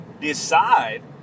decide